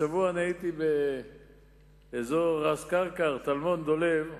השבוע אני הייתי באזור ראס-כרכר, טלמון דולב,